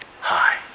Hi